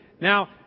Now